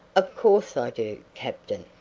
of course i do, captain.